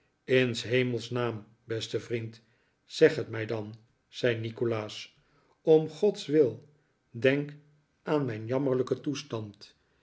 s hemels naam beste vriend zeg het mij dan zei nikolaas om gods wil denk aan mijn jammerlijken toestand